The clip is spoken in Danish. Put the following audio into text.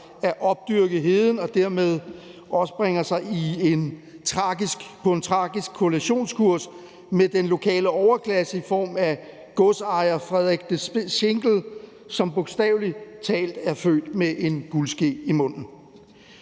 at opdyrke heden og dermed også bringer sig på en tragisk kollisionskurs med den lokale overklasse i form af godsejer Frederik de Schinkel, som bogstavelig talt er født med en guldske i munden.